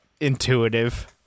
intuitive